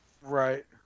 Right